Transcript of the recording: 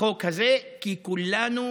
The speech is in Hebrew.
החוק הזה כי כולנו